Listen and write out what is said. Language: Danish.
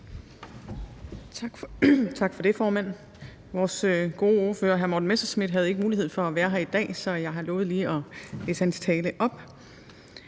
Tak for det, formand. Vores gode ordfører hr. Morten Messerschmidt havde ikke mulighed for at være her i dag, så jeg har lovet lige at læse hans tale op.